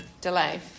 delay